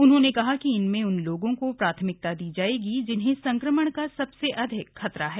उन्होंने कहा कि इसमें उन लोगों को प्राथमिकता दी जाएगी जिन्हें संक्रमण का सबसे अधिक खतरा है